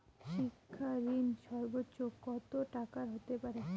শিক্ষা ঋণ সর্বোচ্চ কত টাকার হতে পারে?